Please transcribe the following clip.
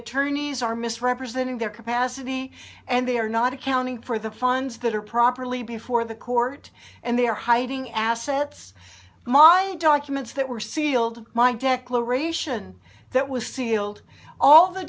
attorneys are misrepresenting their capacity and they are not accounting for the funds that are properly before the court and they are hiding assets my documents that were sealed my declaration that was sealed all the